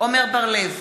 עמר בר-לב,